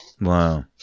wow